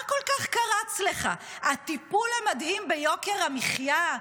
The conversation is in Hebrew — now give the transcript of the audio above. מה כל כך קרץ לך, הטיפול המדהים ביוקר המחיה?